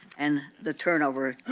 and the turnover,